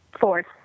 Four